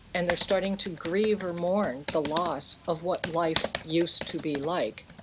and they are starting to grieve or mourn the loss of what life used to be like,